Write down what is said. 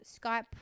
Skype